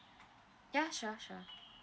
ya sure sure